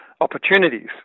opportunities